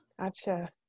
Gotcha